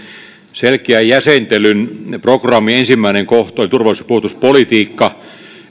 selkeän jäsentelyn programin ensimmäinen kohta oli turvallisuus ja puolustuspolitiikka